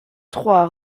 trois